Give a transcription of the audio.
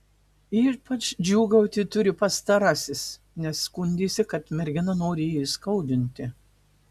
ypač džiūgauti turi pastarasis nes skundėsi kad mergina nori jį įskaudinti